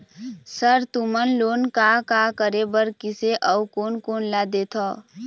Sir तुमन loan का का करें बर, किसे अउ कोन कोन ला देथों?